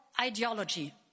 ideology